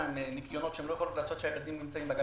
הן צריכות לנקות כשהילדים לא בגן,